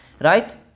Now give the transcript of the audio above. right